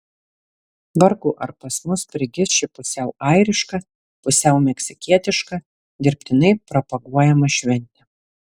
vargu ar pas mus prigis ši pusiau airiška pusiau meksikietiška dirbtinai propaguojama šventė